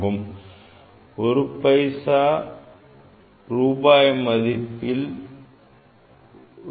1 பைசா ரூபாய் மதிப்பில் ரூ